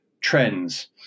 trends